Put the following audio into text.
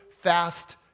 fast